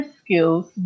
skills